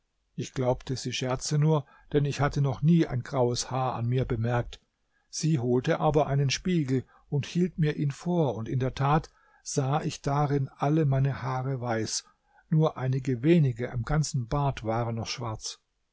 ich glaubte sie scherze nur denn ich hatte noch nie ein graues haar an mir bemerkt sie holte aber einen spiegel und hielt mir ihn vor und in der tat sah ich darin alle meine haare weiß nur einige wenige am ganzen bart waren noch schwarz